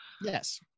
yes